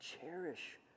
cherish